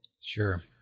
Sure